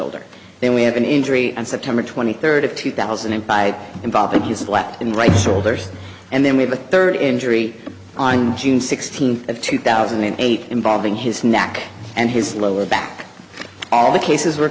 older then we have an injury and september twenty third of two thousand and by involving his lap and rights holders and then we have a third injury on june sixteenth of two thousand and eight involving his neck and his lower back all the cases